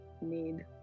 need